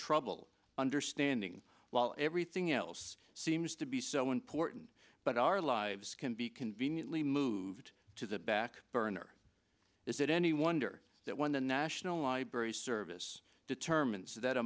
trouble understanding while everything else seems to be so important but our lives can be conveniently moved to the back burner is it any wonder that when the national library service determines that a